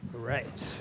right